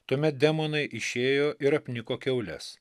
tuomet demonai išėjo ir apniko kiaules